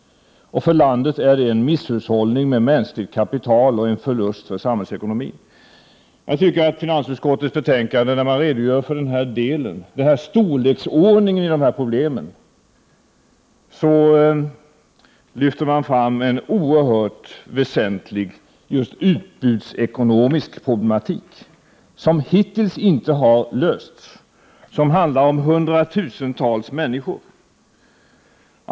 För landet är det en misshushållning med mänskligt kapital och en förlust för samhällsekonomin. Jag tycker att finansutskottets betänkande, där man redogör för storleken av de här problemen, lyfter fram en oerhört väsentlig just utbudsekonomisk problematik, vilken hittills inte fått någon lösning. Det handlar om hundratusentals människor.